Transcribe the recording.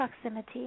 proximity